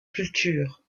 culture